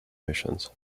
missions